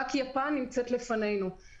כאשר רק יפן נמצאת לפנינו.